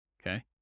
Okay